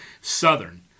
Southern